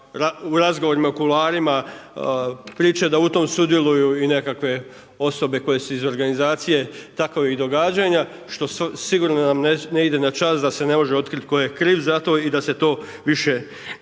u razgovorima, u kuloarima priče da u tome sudjeluju i nekakve osobe koje su iz organizacije takovih događanja, što sigurno nam ne ide na čast da se ne može otkriti tko je kriv za to i da se to više nikada